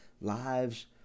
lives